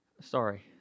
sorry